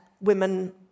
women